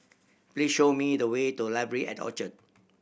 please show me the way to Library at Orchard